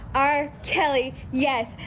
r. kelly, yes.